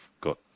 got